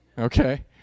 okay